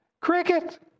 cricket